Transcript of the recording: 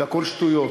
זה הכול שטויות.